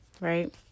Right